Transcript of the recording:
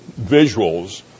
visuals